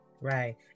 Right